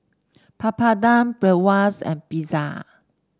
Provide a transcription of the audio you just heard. Papadum Bratwurst and Pizza